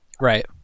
Right